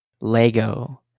Lego